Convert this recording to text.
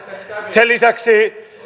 sen lisäksi